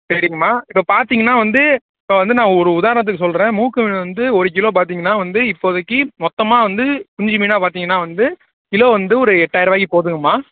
சரிங்கம்மா இப்போ பார்த்தீங்கன்னா வந்து இப்போ வந்து நான் ஒரு உதாரணத்துக்கு சொல்கிறேன் மூக்கு மீன் வந்து ஒரு கிலோ பார்த்தீங்கன்னா வந்து இப்போதைக்கு மொத்தமாக வந்து குஞ்சு மீனாக பார்த்தீங்கன்னா வந்து கிலோ வந்து ஒரு எட்டாயர ரூபாய்க்கு போதுங்கம்மா